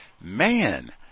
man